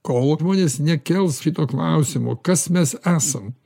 kol žmonės nekels šito klausimo kas mes esam